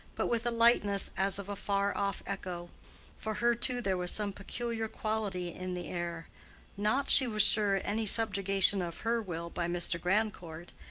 but with a lightness as of a far-off echo for her too there was some peculiar quality in the air not, she was sure, any subjugation of her will by mr. grandcourt,